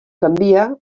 canvia